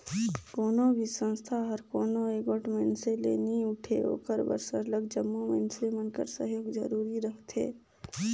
कोनो भी संस्था हर कोनो एगोट मइनसे ले नी उठे ओकर बर सरलग जम्मो मइनसे मन कर सहयोग जरूरी रहथे